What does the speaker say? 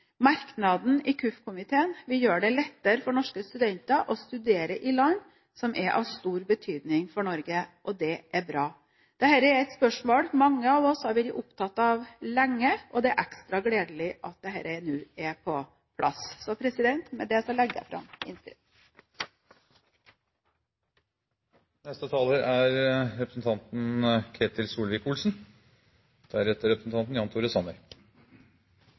Merknaden i innstillingen fra kirke-, utdannings- og forskningskomiteen vil gjøre det lettere for norske studenter å studere i land som er av stor betydning for Norge, og det er bra. Dette er et spørsmål som mange av oss har vært opptatt av lenge, og det er ekstra gledelig at dette nå er på plass. Med det legger jeg fram innstillingen. Det meste i denne innstillingen er